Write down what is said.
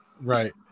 right